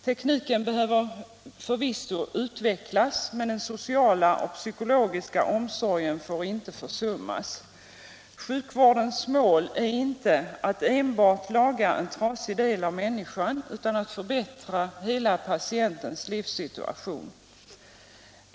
Tekniken behöver förvisso utvecklas, men den sociala och psykologiska omsorgen får inte försummas. Sjukvårdens mål är inte enbart att laga en trasig del av människan utan att förbättra hela patientens bristsituation.